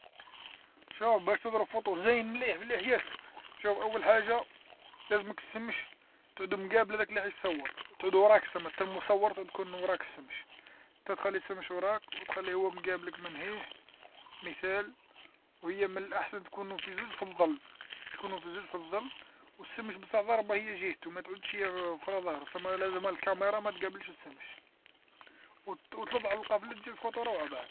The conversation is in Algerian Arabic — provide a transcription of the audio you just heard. شوف باش تضرب فوتو زين مليح مليح ياسر، شوف أول حاجه لازمك السمش تعود مقابله ذاك اللي حيتصور، تعود وراك سما نتا مصور تعود تكون من وراك السمش، تا تخلي السمش وراك وتخلي هو مقابلك من لهيه، مثال وهي من الأحسن تكونوا في زوج في الظل، تكونو في زوج في الظل، والسمش بصح ضاربه هي جهتو ما تعودش في ظهرو ، لازم الكاميرا ما تقابلش الشمس، و مقابلو تجي الفوتو روعه بعد.